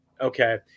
Okay